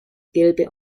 gelbe